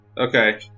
Okay